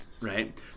right